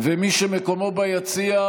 מי שמקומו ביציע,